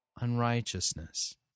unrighteousness